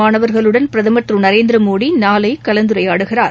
மாணவர்களுடன் பிரதமர் திரு நரேந்திரமோடி நாளை கலந்துரையாடுகிறார்